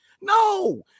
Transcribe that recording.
No